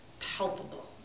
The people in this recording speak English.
palpable